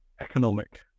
economic